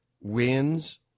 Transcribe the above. wins